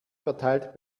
verteilt